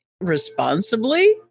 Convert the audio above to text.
responsibly